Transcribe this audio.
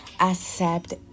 Accept